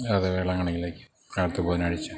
അതെ വേളാങ്കണ്ണിയിലേക്ക് അടുത്ത ബുധനാഴ്ച